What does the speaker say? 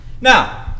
Now